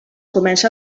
comença